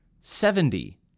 Seventy